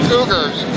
Cougars